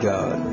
God